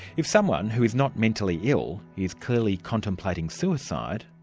if someone who is not mentally ill is clearly contemplating suicide,